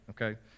okay